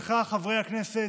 בכך, חברי הכנסת,